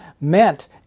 meant